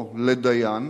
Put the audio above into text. או לדיין,